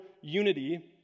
unity